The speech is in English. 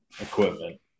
equipment